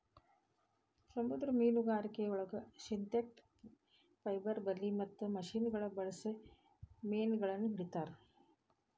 ಸಮುದ್ರ ಮೇನುಗಾರಿಕೆಯೊಳಗ synthetic fibre ಬಲಿ ಮತ್ತ ಮಷಿನಗಳನ್ನ ಬಳ್ಸಿ ಮೇನಗಳನ್ನ ಹಿಡೇತಾರ